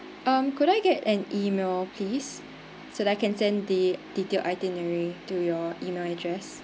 um could I get an email please so that I can send the detailed itinerary to your email address